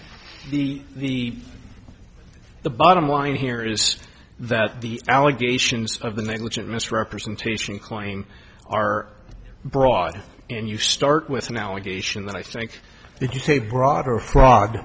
that the the bottom line here is that the allegations of the negligent misrepresentation claim are broad and you start with an allegation that i think it's a broader frog